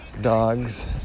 dogs